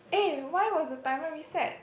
eh why was the timer reset